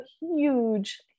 huge